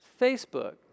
Facebook